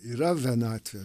yra vienatvė